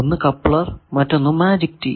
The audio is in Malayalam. ഒന്ന് കപ്ലർ മറ്റൊന്ന് മാജിക് ടീ